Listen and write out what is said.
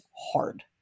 hard